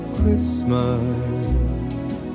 Christmas